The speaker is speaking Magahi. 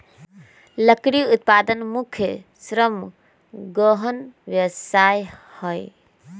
लकड़ी उत्पादन मुख्य श्रम गहन व्यवसाय हइ